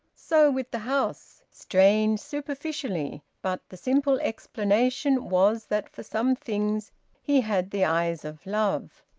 so with the house. strange, superficially but the simple explanation was that for some things he had the eyes of love.